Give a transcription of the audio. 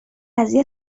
قضیه